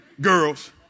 girls